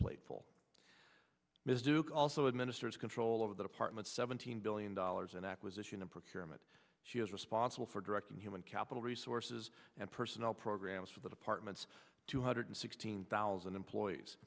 duke also administers control of that apartment seventeen billion dollars in acquisition and procurement she is responsible for directing human capital resources and personnel programs for the department's two hundred sixteen thousand employees